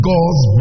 God's